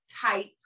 type